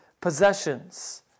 possessions